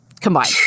combined